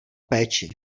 péči